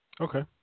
Okay